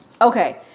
Okay